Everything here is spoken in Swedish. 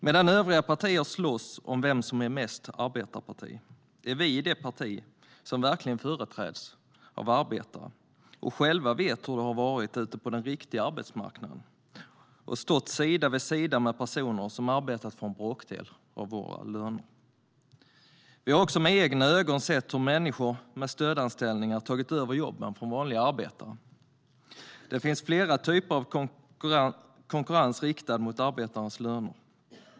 Medan övriga partier slåss om vem som är mest arbetarparti är vårt parti det parti som verkligen företräds av arbetare. Vi vet själva hur det har varit ute på den riktiga arbetsmarknaden. Vi har stått sida vid sida med personer som har arbetat för en bråkdel av våra löner. Vi har också med egna ögon sett hur människor med stödanställningar tagit över jobben från vanliga arbetare. Det finns flera typer av konkurrens riktad mot arbetarnas löner.